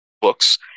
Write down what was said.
books